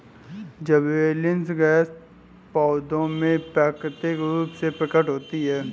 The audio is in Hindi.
जिबरेलिन्स गैस पौधों में प्राकृतिक रूप से प्रकट होती है